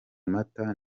mata